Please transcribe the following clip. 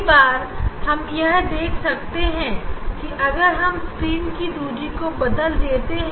कई बार हम यह देख सकते हैं कि अगर हम स्क्रीन की दूरी को बदल देते हैं